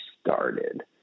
started